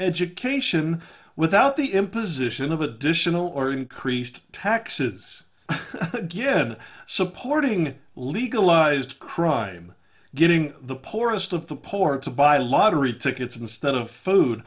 education without the imposition of additional or increased taxes good supporting legalized crime getting the poorest of the poor to buy lottery tickets instead of food